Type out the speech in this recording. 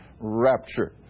rapture